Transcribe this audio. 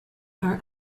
are